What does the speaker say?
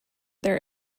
their